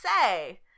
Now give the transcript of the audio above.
say